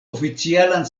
oficialan